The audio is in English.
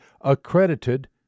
accredited